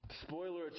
Spoiler